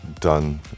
done